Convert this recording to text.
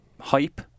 hype